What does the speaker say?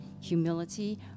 humility